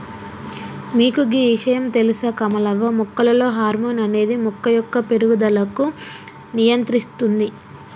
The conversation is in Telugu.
మీకు గీ ఇషయాం తెలుస కమలవ్వ మొక్కలలో హార్మోన్ అనేది మొక్క యొక్క పేరుగుదలకు నియంత్రిస్తుంది